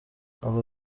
قبل